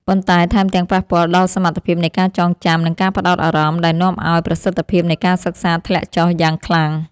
ប៉ុន្តែថែមទាំងប៉ះពាល់ដល់សមត្ថភាពនៃការចងចាំ និងការផ្ដោតអារម្មណ៍ ដែលនាំឱ្យប្រសិទ្ធភាពនៃការសិក្សាធ្លាក់ចុះយ៉ាងខ្លាំង។